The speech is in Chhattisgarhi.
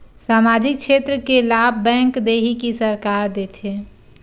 सामाजिक क्षेत्र के लाभ बैंक देही कि सरकार देथे?